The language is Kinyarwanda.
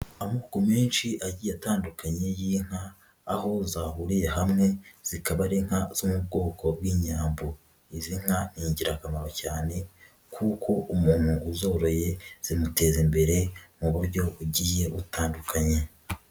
Amoko menshi a atandukanye y'inka aho zahuriye hamwe zikaba ari inka zo mu bwoko bw'inyambo, izi nka ingirakamaro cyane kuko umuntu uzoroye zimuteza imbere mu buryo bugiye butandukanye.